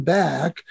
back